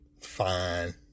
Fine